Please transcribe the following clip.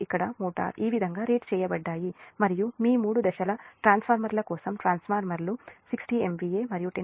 ఇక్కడ మోటార్లు ఈ విధంగా రేట్ చేయబడ్డాయి మరియు మీ మూడు దశల ట్రాన్స్ఫార్మర్ల కోసం ట్రాన్స్ఫార్మర్లు 60 MVA మరియు 10